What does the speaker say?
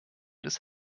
des